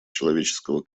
человеческого